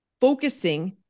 focusing